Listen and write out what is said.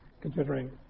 considering